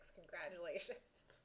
Congratulations